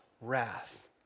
wrath